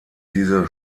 diese